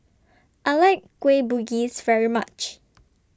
I like Kueh Bugis very much